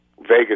Vegas